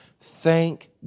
thank